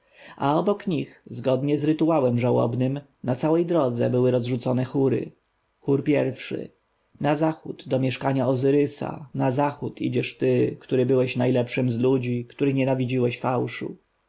a obok nich zgodnie z rytuałem żałobnym na całej drodze były rozrzucone chóry chór i na zachód do mieszkania ozyrysa na zachód idziesz ty który byłeś najpierwszym z ludzi który nienawidziłeś fałszu